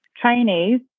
trainees